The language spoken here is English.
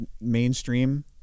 mainstream